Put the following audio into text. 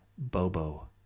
bobo